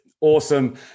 awesome